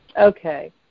Okay